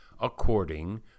according